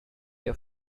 your